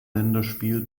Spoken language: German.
länderspiel